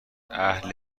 اهل